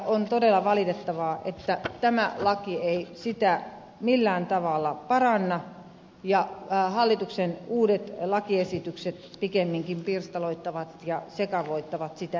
on todella valitettavaa että tämä laki ei niitä millään tavalla paranna ja hallituksen uudet lakiesitykset pikemminkin pirstaloittavat ja sekavoittavat niitä entisestään